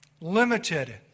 limited